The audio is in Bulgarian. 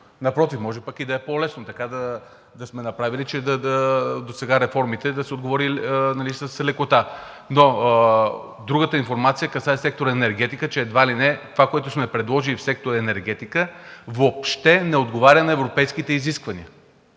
напротив, може пък да е по-лесно и така да сме направили досега, че за реформите да се отговоря с лекота. Другата информация касае сектор „Енергетика“ и че едва ли не това, което сме предложили в сектор „Енергетика“, въобще не отговаря на европейските изисквания,